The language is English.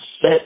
set